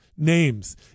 names